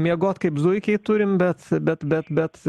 miegot kaip zuikiai turim bet bet bet bet